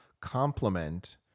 complement